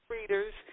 readers